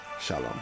Shalom